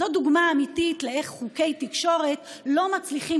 זו דוגמה אמיתית איך חוקי תקשורת לא מצליחים